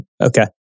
okay